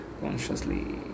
consciously